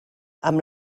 amb